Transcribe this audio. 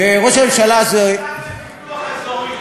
וראש הממשלה הזה, השר לפיתוח אזורי.